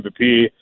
MVP